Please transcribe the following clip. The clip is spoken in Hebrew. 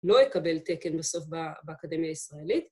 ‫לא יקבל תקן בסוף באקדמיה הישראלית.